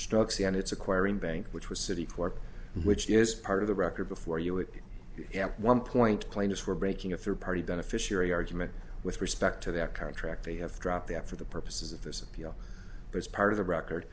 struck c and its acquiring bank which was citi corp which is part of the record before you it one point plaintiffs were breaking a third party beneficiary argument with respect to that contract they have dropped that for the purposes of this appeal as part of the record